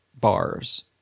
bars